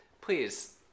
please